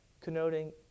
connoting